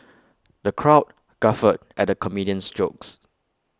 the crowd guffawed at the comedian's jokes